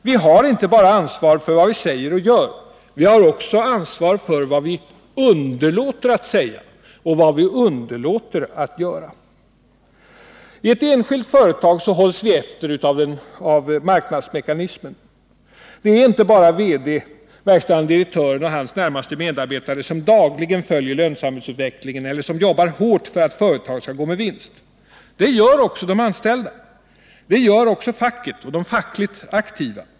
Vi har inte bara ansvar för vad vi säger och gör — vi har också ansvar för vad vi underlåter att säga och göra. I ett enskilt företag hålls vi efter av marknadsmekanismen. Det är inte bara VD och hans närmaste medarbetare som dagligen följer lönsamhetsutvecklingen eller som jobbar hårt för att företaget skall gå med vinst. Det gör också de anställda. Det gör också facket och de fackligt aktiva.